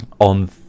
On